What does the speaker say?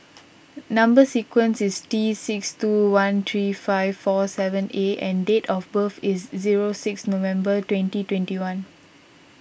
Number Sequence is T six two one three five four seven A and date of birth is zero six November twenty twenty one